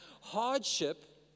hardship